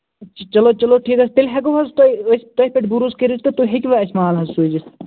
چَلو چَلو ٹھیٖک حظ تیٚلہِ ہٮ۪کو حظ تۄہہِ أسۍ تۄہہِ پٮ۪ٹھ بَروسہٕ کٔرِتھ تہٕ ہیٚکہِ وَ اَسہِ مال حظ سوٗزِتھ